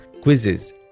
quizzes